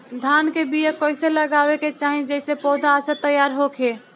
धान के बीया कइसे लगावे के चाही जेसे पौधा अच्छा तैयार होखे?